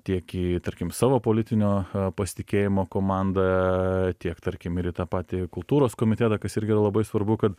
tiek į tarkim savo politinio pasitikėjimo komandą tiek tarkim ir į tą patį kultūros komitetą kas irgi yra labai svarbu kad